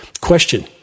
Question